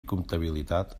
comptabilitat